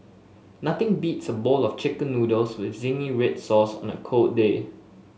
nothing beats a bowl of chicken noodles with zingy red sauce on a cold day